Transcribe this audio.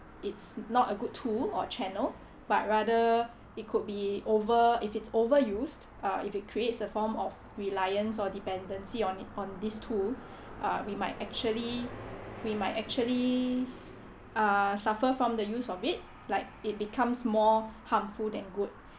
it's not a good tool or channel but rather it could be over if it's overused uh if it creates a form of reliance or dependency on it on this tool uh we might actually we might actually uh suffer from the use of it like it becomes more harmful than good